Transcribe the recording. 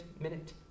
minute